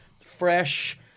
fresh